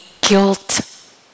guilt